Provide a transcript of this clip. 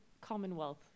Commonwealth